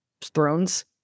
thrones